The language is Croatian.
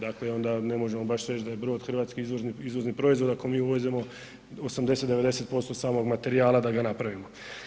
Dakle onda ne možemo baš reći da je brod hrvatski izvozni proizvod ako mi uvozimo 80, 90% samog materijala da ga napravimo.